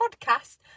podcast